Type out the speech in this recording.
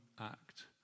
act